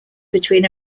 between